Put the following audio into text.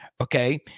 okay